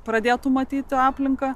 pradėtų matyti aplinką